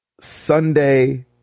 Sunday